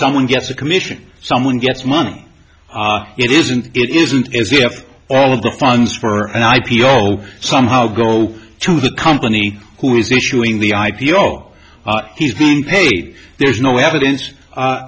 someone gets a commission someone gets money it isn't it isn't as if all of the funds for an i p o somehow go to the company who is issuing the i p o he's being paid there's no evidence